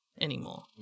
anymore